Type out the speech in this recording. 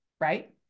right